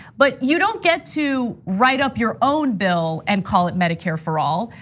but you don't get to write up your own bill and call it medicaid for all.